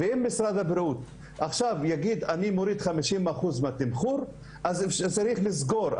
אם משרד הבריאות יגיד שהוא מוריד עכשיו 50 אחוז מהתמחור - צריך לסגור.